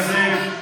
כסיף,